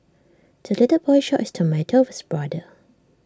the little boy shared his tomato with brother